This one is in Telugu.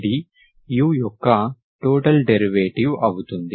ఇది u యొక్క టోటల్ డెరివేటివ్ అవుతుంది